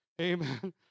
Amen